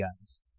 guns